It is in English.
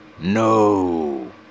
no